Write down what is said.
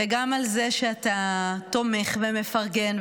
וגם על זה שאתה תומך ומפרגן.